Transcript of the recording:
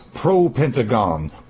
pro-Pentagon